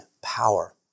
power